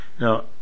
now